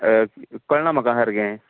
कळणा म्हाका सारकें